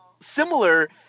similar